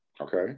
okay